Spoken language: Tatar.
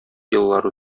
еллар